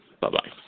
Bye-bye